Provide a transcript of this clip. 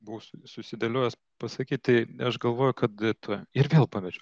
buvau su susidėliojęs pasakyt tai aš galvoju kad tuoj ir vėl pamečiau